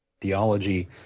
theology